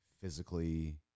physically